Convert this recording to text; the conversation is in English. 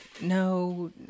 No